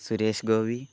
Suresh Gopi